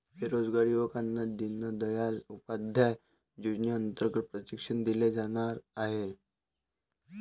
बेरोजगार युवकांना दीनदयाल उपाध्याय योजनेअंतर्गत प्रशिक्षण दिले जाणार आहे